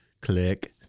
click